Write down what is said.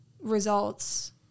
results